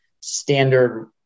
standard